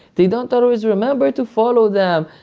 they don't always remember to follow them,